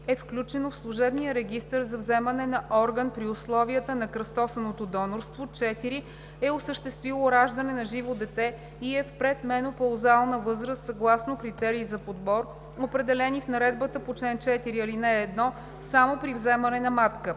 е включено в служебния регистър за вземане на орган при условията на кръстосаното донорство; 4. е осъществило раждане на живо дете и е в пременопаузална възраст съгласно критерии за подбор, определени в наредбата по чл. 4, ал. 1 – само при вземане на матка.“